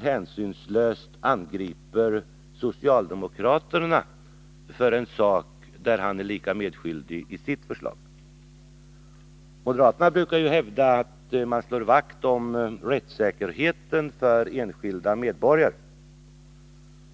hänsynslöst angriper socialdemokraterna när han är lika medskyldig genom sitt förslag. Moderaterna brukar ju hävda att de slår vakt om rättssäkerheten för enskilda medborgare.